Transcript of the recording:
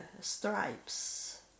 stripes